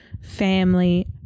family